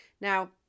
Now